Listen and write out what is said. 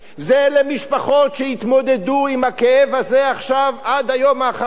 אלה משפחות שיתמודדו עם הכאב הזה עכשיו עד היום האחרון.